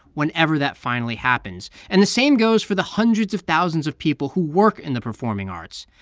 whenever that finally happens. and the same goes for the hundreds of thousands of people who work in the performing arts.